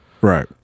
Right